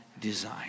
design